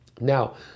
Now